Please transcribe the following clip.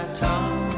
talk